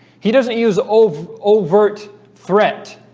he doesn't use overt overt threat